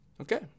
Okay